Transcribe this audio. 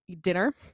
dinner